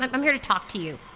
um i'm here to talk to you.